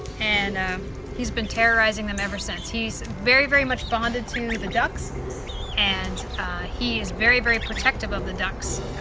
and he's been terrorizing them ever since. he's very very much bonded to and the ducks and he is very very protective of the ducks.